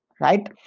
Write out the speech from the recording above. Right